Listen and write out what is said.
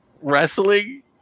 wrestling